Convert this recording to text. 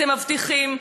אתם מבטיחים,